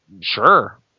Sure